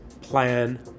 plan